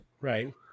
right